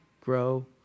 grow